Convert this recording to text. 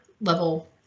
level